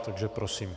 Takže prosím.